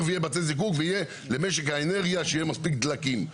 כבית זיקוק ויהיה למשק האנרגיה מספיק דלקים?